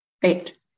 Great